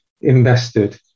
invested